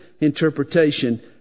interpretation